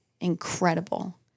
incredible